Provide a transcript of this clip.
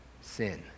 sin